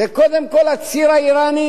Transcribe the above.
זה, קודם כול הציר האירני,